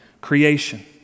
creation